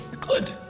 Good